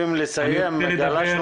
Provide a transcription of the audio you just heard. האזרח.